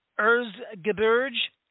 Erzgebirge